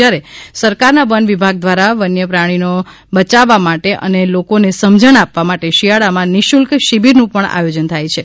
જ્યારે સરકારના વન વિભાગ દ્વારા વન્ય પ્રાણી નો બચાવવા માટે અને લોકોને સમજણ આપવા માટે શિયાળામાં નિઃશુલ્ક શિબિરનું આયોજન થાય છે